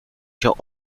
się